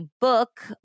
book